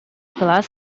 кылаас